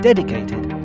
Dedicated